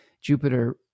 Jupiter